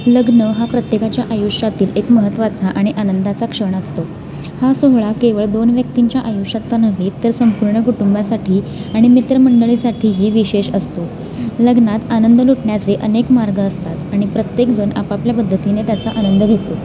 लग्न हा प्रत्येकाच्या आयुष्यातील एक महत्त्वाचा आणि आनंदाचा क्षण असतो हा सोहळा केवळ दोन व्यक्तींच्या आयुष्याचा नव्हे तर संपूर्ण कुटुंबासाठी आणि मित्रमंडळीसाठीही विशेष असतो लग्नात आनंद लुटण्याचे अनेक मार्ग असतात आणि प्रत्येकजण आपापल्या पद्धतीने त्याचा आनंद घेतो